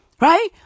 Right